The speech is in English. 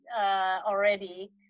already